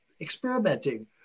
experimenting